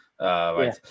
Right